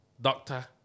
Doctor